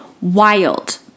Wild